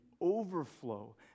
overflow